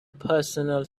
personal